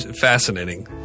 fascinating